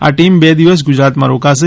આ ટીમ બે દિવસ ગુજરાતમાં રોકાશે